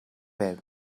байв